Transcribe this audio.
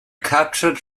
captured